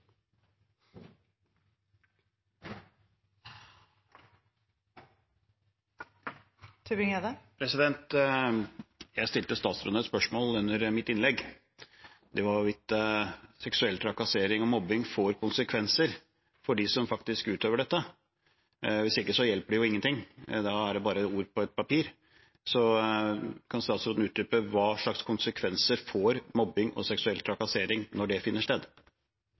som faktisk utøver dette. Hvis ikke hjelper det jo ingenting, da er det bare ord på et papir. Så kan statsråden utdype hva slags konsekvenser mobbing og seksuell trakassering får når det finner sted?